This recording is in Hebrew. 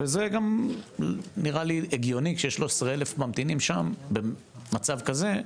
וזה גם נראה לי הגיוני כש-13,000 אנשים ממתינים שם במצב כזה,